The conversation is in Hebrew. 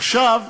עכשיו,